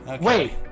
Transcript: Wait